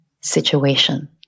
situation